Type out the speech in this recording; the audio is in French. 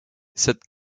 cette